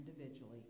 individually